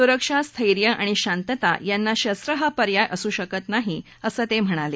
सुरक्षा स्थैर्य आणि शांतता यांना शस्त्र हा पर्याय असू शकत नाही असं ते म्हणाले